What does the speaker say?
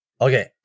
Okay